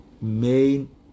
main